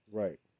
right